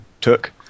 took